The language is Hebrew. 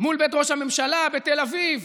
מול בית ראש הממשלה, בתל אביב,